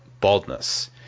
baldness